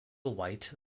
white